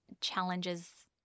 challenges